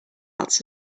else